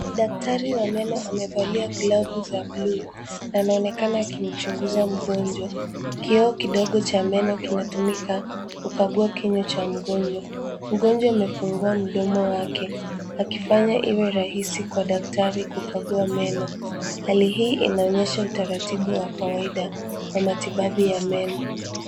Daktari wa meno amevalia glavu za buluu na anaonekana akimchunguza mgonjwa. Kioo kidogo cha meno kinatumika kukagua kinywa cha mgonjwa. Mgonjwa amefungua mdomo wake, akifanya iwe rahisi kwa daktari kukagua meno. Hali hii inaonyesha utaratibu wa kawaida wa matibabu ya meno.